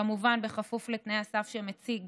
כמובן בכפוף לתנאי הסף שמציג